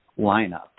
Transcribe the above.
lineup